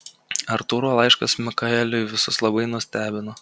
artūro laiškas mikaeliui visus labai nustebino